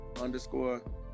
underscore